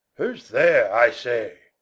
who's there i say?